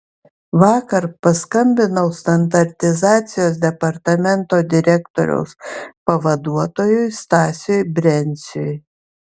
vakar paskambinau standartizacijos departamento direktoriaus pavaduotojui stasiui brenciui